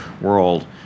world